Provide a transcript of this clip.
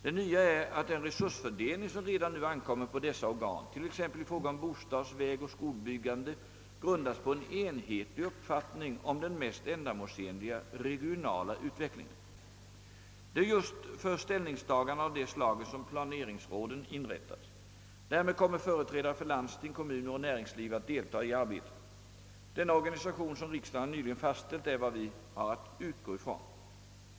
Det nya är att den resursfördelning som redan nu ankommer på dessa organ, t.ex. i fråga om bostads-, vägoch skolbyggande, grundas på en enhetlig uppfattning om den mest ändamålsenliga regionala utvecklingen. Det är just för ställningstaganden av det slaget som planeringsråden inrättats. Därmed kommer företrädare för landsting, kommuner och näringsliv att delta i arbetet. Denna organisation som riksdagen nyligen fastställt är vad vi har att utgå ifrån.